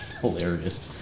hilarious